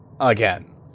again